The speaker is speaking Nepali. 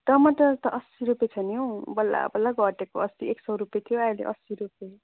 टमाटर त असी रुपियाँ छ नि हौ बल्ला बल्ला घटेको अस्ति एक सौ रुपियाँ थियो अहिले असी रुपियाँ